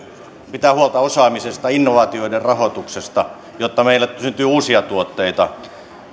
pitää huolta osaamisesta ja innovaatioiden rahoituksesta jotta meillä syntyy uusia tuotteita